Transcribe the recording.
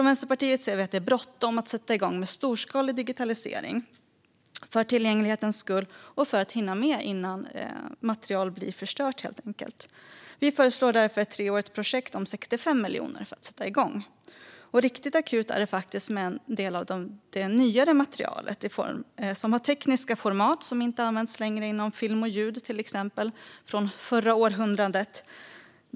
Vänsterpartiet ser att det är bråttom att sätta igång med storskalig digitalisering, för tillgänglighetens skull och för att hinna med innan material blir förstört. Vi föreslår därför ett treårigt projekt om 65 miljoner för att sätta igång. Riktigt akut är det faktiskt med en del av det nyare materialet i tekniska format som inte används längre, till exempel film och ljud från förra århundradet.